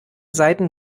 seiten